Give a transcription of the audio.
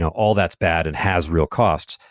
yeah all that's bad and has real costs.